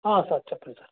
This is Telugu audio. సార్ చెప్పండి సార్